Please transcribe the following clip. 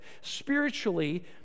spiritually